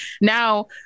now